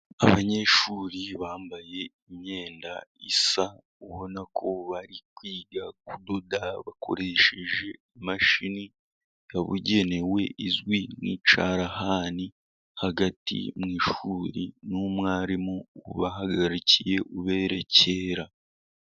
Abanyeshuri bambaye imyenda isa, ubona ko bari kwiga kudoda bakoresheje imashini yabugenewe izwi nk'icarahani, hagati mu ishuri n'umwarimu ubahagarikiye ubere kera.